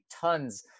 tons